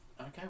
Okay